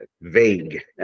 vague